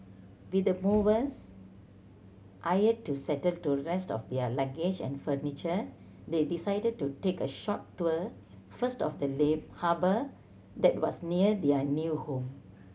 with the movers hired to settle the rest of their luggage and furniture they decided to take a short tour first of the lay harbour that was near their new home